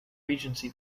regency